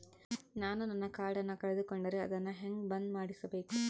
ನಾನು ನನ್ನ ಕಾರ್ಡನ್ನ ಕಳೆದುಕೊಂಡರೆ ಅದನ್ನ ಹೆಂಗ ಬಂದ್ ಮಾಡಿಸಬೇಕು?